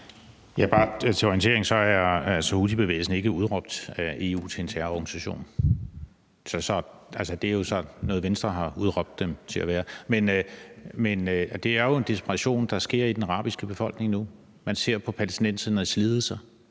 Bare til orientering er houthibevægelsen ikke udråbt af EU til at være en terrororganisation. Det er så noget, Venstre har udråbt dem til at være. Men det er jo en desperation, der breder sig i den arabiske befolkning nu. Man ser på palæstinensernes lidelser,